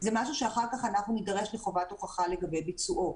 זה משהו שאחר כך נידרש כחובת הוכחה לגבי ביצועו,